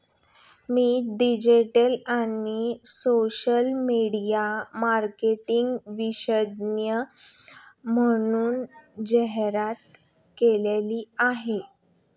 मी digital आणि social media marketing विशेषज्ञ म्हणून जाहिरात केली आहे